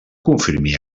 confirmi